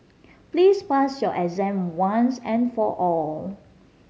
please pass your exam once and for all